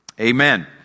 amen